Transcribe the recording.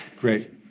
Great